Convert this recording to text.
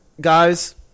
guys